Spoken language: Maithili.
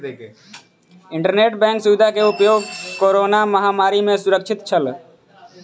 इंटरनेट बैंक सुविधा के उपयोग कोरोना महामारी में सुरक्षित छल